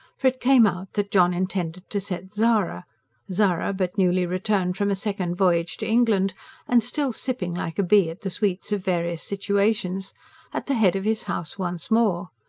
for it came out that john intended to set zara zara, but newly returned from a second voyage to england and still sipping like a bee at the sweets of various situations at the head of his house once more.